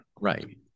Right